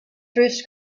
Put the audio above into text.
first